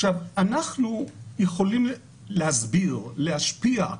אנחנו יכולים להסביר, להשפיע.